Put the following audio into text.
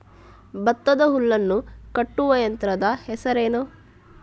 ಭತ್ತದ ಹುಲ್ಲನ್ನು ಕಟ್ಟುವ ಯಂತ್ರದ ಹೆಸರೇನು?